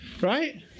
right